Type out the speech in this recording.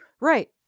Right